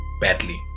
badly